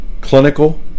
clinical